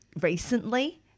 recently